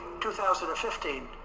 2015